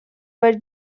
were